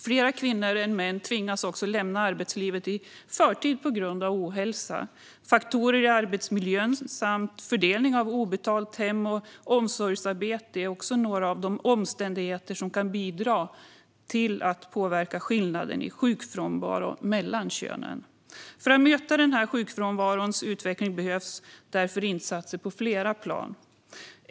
Fler kvinnor än män tvingas också lämna arbetslivet i förtid på grund av ohälsa. Faktorer i arbetsmiljön samt fördelning av obetalt hem och omsorgsarbete är några av de omständigheter som kan bidra till att påverka skillnaden i sjukfrånvaro mellan könen. För att möta sjukfrånvarons utveckling behövs därför insatser på flera plan.